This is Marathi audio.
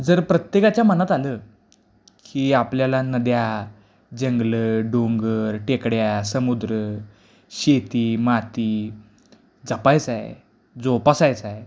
जर प्रत्येकाच्या मनात आलं की आपल्याला नद्या जंगलं डोंगर टेकड्या समुद्र शेती माती जपायचं आहे जोपासायचं आहे